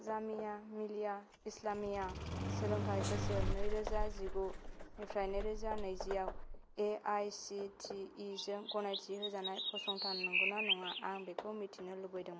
जामिया मिलिया इस्लामिया सोलोंथाय बोसोर नै रोजा जिगुनिफ्राय नैरोजा नैजियाव A I C T E जों गनायथि होजानाय फसंथान नंगौना नङा आं बेखौ मिथिनो लुबैदोंमोन